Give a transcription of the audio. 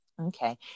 Okay